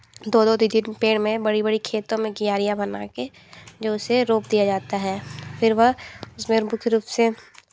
दो दो तीन तीन पेड़ में बड़ी बड़ी खेतों में क्यारियाँ बनाके जो उसे रोक दिया जाता है फिर वह उसमें मुख्य रूप से